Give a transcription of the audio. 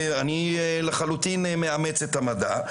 אני לחלוטין מאמץ את המדע.